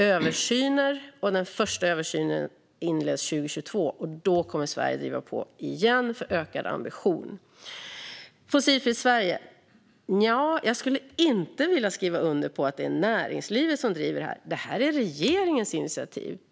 Den första översynen inleds 2022, och då kommer Sverige att åter driva på för ökad ambition. När det gäller Fossilfritt Sverige skulle jag inte vilja skriva under på att det är näringslivet som driver det. Detta är regeringens initiativ.